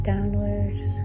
downwards